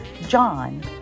John